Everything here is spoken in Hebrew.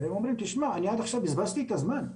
והם אומרים: אני עד עכשיו בזבזתי את הזמן,